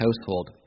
household